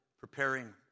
preparing